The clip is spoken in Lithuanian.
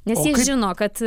nes jie žino kad